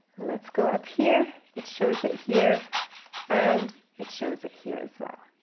let's go up here it, shows it here and it shows it here as well.